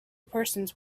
persons